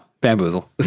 bamboozle